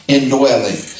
Indwelling